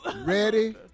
Ready